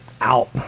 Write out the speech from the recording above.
out